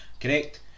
Correct